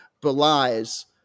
belies